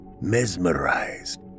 mesmerized